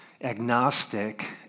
agnostic